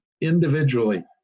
individually